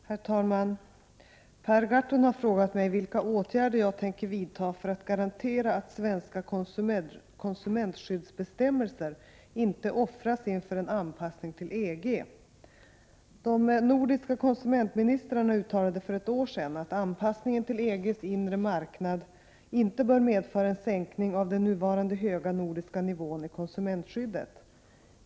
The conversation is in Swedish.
GE svensk Korspmenk Herr talman! Per Gahrton har frågat mig vilka åtgärder jag tänker vidta för polilik att garantera att svenska konsumentskyddsbestämmelser inte offras inför en anpassning till EG. De nordiska konsumentministrarna uttalade för ett år sedan att anpassningen till EG:s inre marknad inte bör medföra en sänkning av den nuvarande höga nordiska nivån i konsumentskyddet.